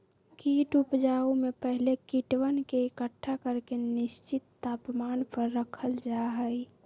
कीट उपजाऊ में पहले कीटवन के एकट्ठा करके निश्चित तापमान पर रखल जा हई